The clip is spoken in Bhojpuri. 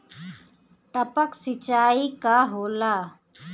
टपक सिंचाई का होला?